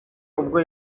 ubwo